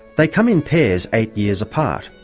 they come in pairs eight years apart,